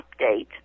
update